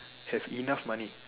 have enough money